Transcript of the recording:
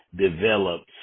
develops